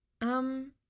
Um